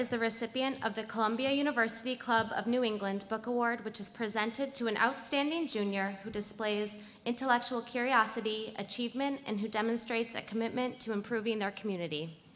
is the recipient of the columbia university club of new england book award which is presented to an outstanding junior who displays intellectual curiosity achievement and who demonstrates a commitment to improving their community